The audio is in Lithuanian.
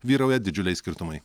vyrauja didžiuliai skirtumai